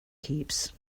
keeps